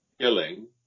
Killing